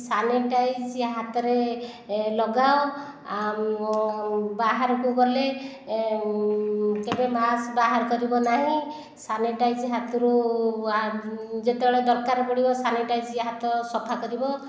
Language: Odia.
ସାନିଟାଇଜର ହାତରେ ଲଗାଅ ବାହାରକୁ ଗଲେ କେବେ ମାସ୍କ ବାହାର କରିବ ନାହିଁ ସାନିଟାଇଜର ହାତରୁ ଯେତେବେଳେ ଦରକାର ପଡ଼ିବ ସାନିଟାଇଜରରେ ହାତ ସଫା କରିବ